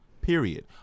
period